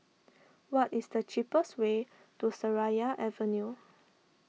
what is the cheapest way to Seraya Avenue